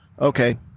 okay